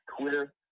Twitter